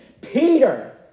Peter